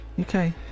Okay